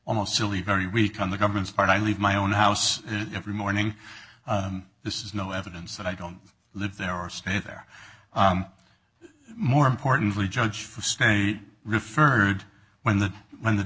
almost silly very weak on the government's part i leave my own house every morning this is no evidence that i don't live there or stay there more importantly judge referred when the when the